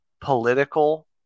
political